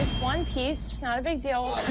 one piece. not a big deal.